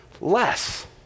less